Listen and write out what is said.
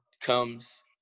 comes